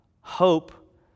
hope